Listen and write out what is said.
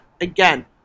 again